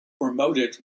promoted